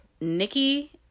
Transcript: Nikki